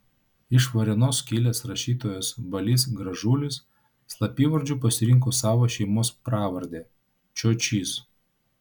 iš varėnos kilęs rašytojas balys gražulis slapyvardžiu pasirinko savo šeimos pravardę čiočys